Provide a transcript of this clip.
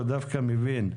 הוא דווקא מבין.